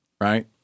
right